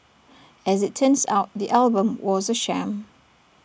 as IT turns out the album was A sham